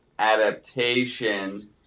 adaptation